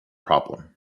problem